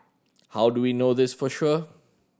how do we know this for sure